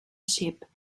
ship